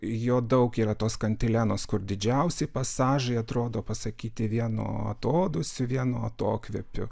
jo daug yra tos kantilenos kur didžiausi pasažai atrodo pasakyti vienu atodūsiu vienu atokvėpiu